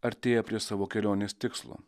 artėja prie savo kelionės tikslo